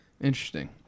Interesting